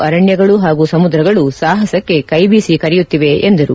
ಅರಣ್ಯಗಳು ಹಾಗೂ ಸಮುದ್ರಗಳು ಸಾಹಸಕ್ಕೆ ಕೈಬೀಸಿ ಕರೆಯುತ್ತವೆ ಎಂದರು